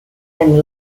and